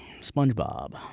SpongeBob